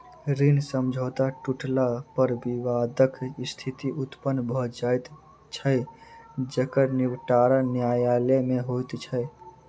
ऋण समझौता टुटला पर विवादक स्थिति उत्पन्न भ जाइत छै जकर निबटारा न्यायालय मे होइत छै